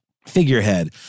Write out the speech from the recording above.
figurehead